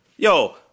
Yo